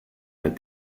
that